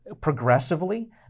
progressively